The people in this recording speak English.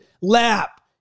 lap